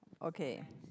okay